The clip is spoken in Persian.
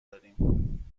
داریم